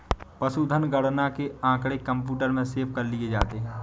पशुधन गणना के आँकड़े कंप्यूटर में सेव कर लिए जाते हैं